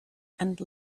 and